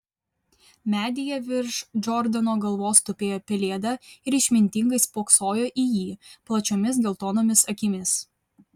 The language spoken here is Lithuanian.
medyje virš džordano galvos tupėjo pelėda ir išmintingai spoksojo į jį plačiomis geltonomis akimis